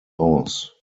aus